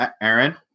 Aaron